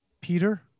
Peter